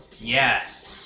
Yes